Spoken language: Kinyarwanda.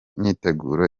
myiteguro